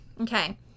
Okay